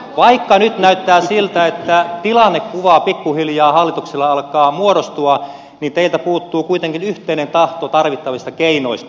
vaikka nyt näyttää siltä että tilannekuva pikkuhiljaa hallituksella alkaa muodostua niin teiltä puuttuu kuitenkin yhteinen tahto tarvittavista keinoista